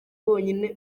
bonyine